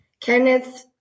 Kenneth